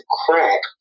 crack